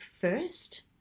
first